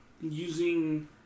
using